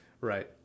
right